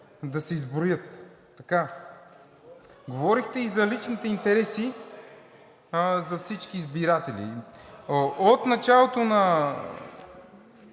да се изброят. Говорихте и за личните интереси за всички избиратели. От началото на